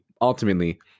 ultimately